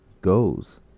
goes